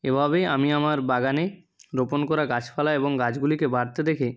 এভাবেই আমি আমার বাগানে রোপণ করা গাছপালা এবং গাছগুলিকে বাড়তে দেখে